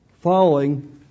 following